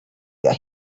that